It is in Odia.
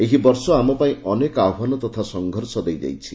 ଏହି ବର୍ଷ ଆମ ପାଇଁ ଅନେକ ଆହ୍ୱାନ ତଥା ସଂଘର୍ଷ ଦେଇଯାଇଛି